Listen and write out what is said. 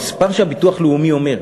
המספר שהביטוח הלאומי אומר,